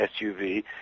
SUV